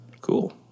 Cool